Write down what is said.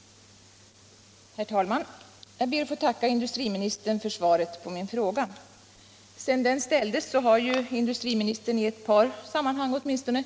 förbättra sysselsätt